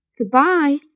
Goodbye